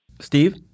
Steve